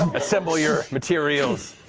assemble your materials,